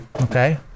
Okay